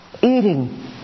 eating